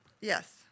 Yes